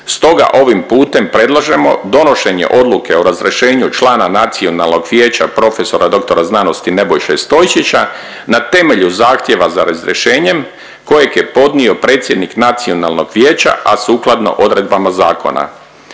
stoga ovim putem predlažemo donošenje odluke o razrješenju člana nacionalnog vijeća profesora dr. sc. Nebojše Stojčića na temelju zahtjeva za razrješenjem kojeg je podnio predsjednik nacionalnog vijeća, a sukladno odredbama zakona.